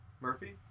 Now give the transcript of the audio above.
Murphy